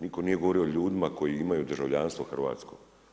Nitko nije govorio o ljudima koji imaju državljanstvo hrvatsko.